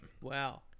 Wow